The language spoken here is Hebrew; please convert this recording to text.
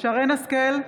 שרן מרים השכל,